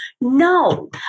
No